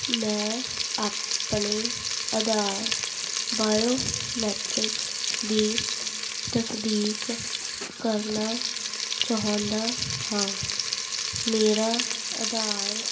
ਮੈਂ ਆਪਣੇ ਆਧਾਰ ਬਾਇਓਮੈਟ੍ਰਿਕਸ ਦੀ ਤਸਦੀਕ ਕਰਨਾ ਚਾਹੁੰਦਾ ਹਾਂ ਮੇਰਾ ਆਧਾਰ